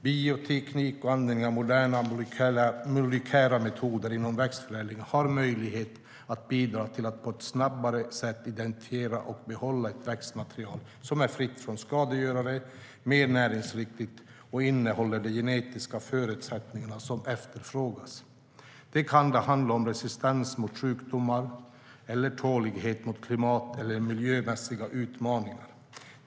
Biotekniken och användningen av moderna molekylära metoder inom växtförädling har möjlighet att bidra till att på snabbare sätt identifiera och behålla ett växtmaterial som är fritt från skadegörare och mer näringsriktigt samt innehåller de genetiska förutsättningar som efterfrågas. Det kan handla om resistens mot sjukdomar eller tålighet mot klimat eller miljömässiga utmaningar.